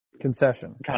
concession